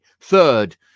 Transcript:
Third